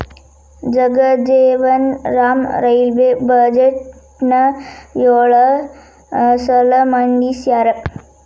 Jagjivan Ram railway ಬಜೆಟ್ನ ಯೊಳ ಸಲ ಮಂಡಿಸ್ಯಾರ